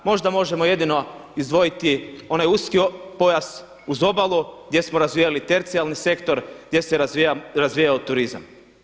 Možda možemo jedino izdvojiti onaj uski pojas uz obalu gdje smo razvijali tercijarni sektor, gdje se razvijao turizam.